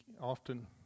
often